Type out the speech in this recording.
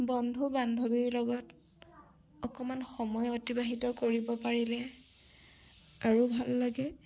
বন্ধু বান্ধৱীৰ লগত অকমান সময় অতিবাহিত কৰিব পাৰিলে আৰু ভাল লাগে